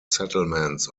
settlements